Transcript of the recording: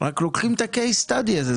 אנחנו רק לוקחים את הקייס סטאדי הזה,